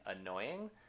annoying